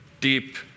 deep